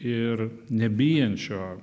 ir nebijančio